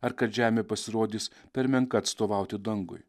ar kad žemė pasirodys per menka atstovauti dangui